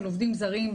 של עובדים זרים,